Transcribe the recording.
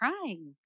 crying